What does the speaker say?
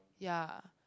ya